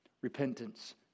Repentance